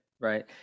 right